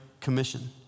Commission